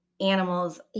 animals